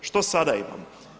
Što sada imamo?